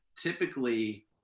Typically